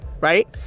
right